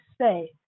say